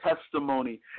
testimony